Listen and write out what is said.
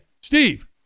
Steve